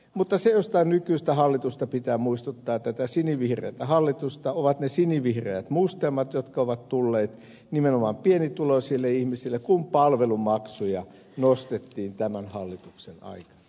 mutta se josta nykyistä hallitusta pitää muistuttaa tätä sinivihreätä hallitusta ovat ne sinivihreät mustelmat jotka ovat tulleet nimenomaan pienituloisille ihmisille kun palvelumaksuja nostettiin tämän hallituksen aikana